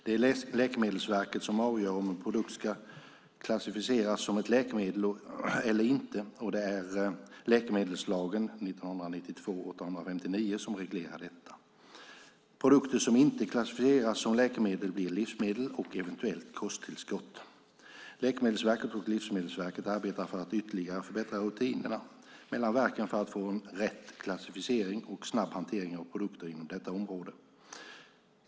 Det är Läkemedelsverket som avgör om en produkt ska klassificeras som ett läkemedel eller inte och det är läkemedelslagen som reglerar detta. Produkter som inte klassificeras som läkemedel blir livsmedel och eventuellt kosttillskott. Läkemedelsverket och Livsmedelsverket arbetar för att ytterligare förbättra rutinerna mellan verken för att få en korrekt klassificering och snabb hantering av produkter inom detta område.